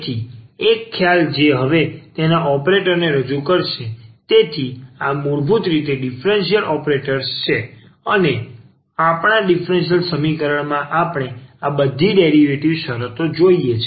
તેથી એક ખ્યાલ જે હવે તેના ઓપરેટરને રજૂ કરશે તેથી આ મૂળભૂત રીતે ડીફરન્સીયલ ઓપરેટર્સ છે અને આપણા ડીફરન્સીયલ સમીકરણ માં આપણે આ બધી ડેરિવેટિવ શરતો જોયે છે